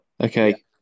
Okay